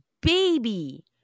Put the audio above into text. baby